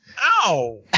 ow